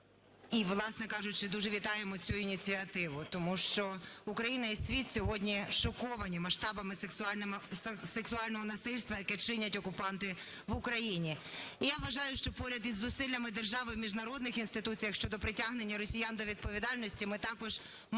і, власне кажучи, дуже вітаємо цю ініціативу, тому що Україна і світ сьогодні шоковані масштабами сексуального насильства, яке чинять окупанти в Україні. Я вважаю, що поряд із зусиллями держави в міжнародних інституціях щодо притягнення росіян до відповідальності ми також маємо